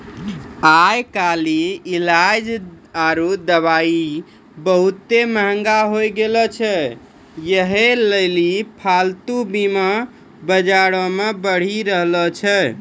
आइ काल्हि इलाज आरु दबाइयै बहुते मंहगा होय गैलो छै यहे लेली पालतू बीमा बजारो मे बढ़ि रहलो छै